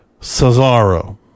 Cesaro